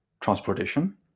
transportation